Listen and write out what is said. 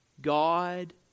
God